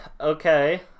Okay